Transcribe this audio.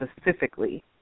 specifically